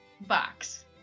box